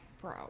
bro